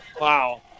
Wow